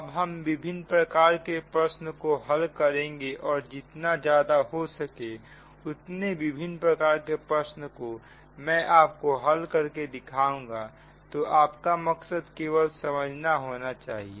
अब हम विभिन्न प्रकार के प्रश्न को हल करेंगे और जितना ज्यादा हो सके इतने विभिन्न प्रकार के प्रश्न को मैं आप को हल करके दिखाऊंगा तो आपका मकसद केवल समझना होना चाहिए